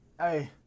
hey